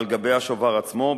על גבי השובר עצמו,